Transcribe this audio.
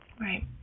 Right